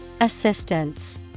Assistance